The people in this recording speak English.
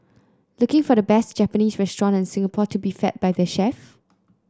looking for the best Japanese restaurant in Singapore to be fed by the chef